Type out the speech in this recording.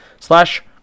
slash